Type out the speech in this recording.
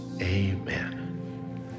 Amen